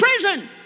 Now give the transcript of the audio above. prison